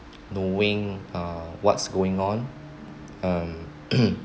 knowing uh what's going on um